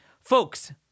Folks